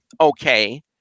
okay